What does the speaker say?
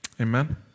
Amen